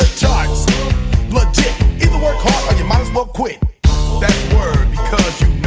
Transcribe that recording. charts legit either work hard or you might as well quit that's word because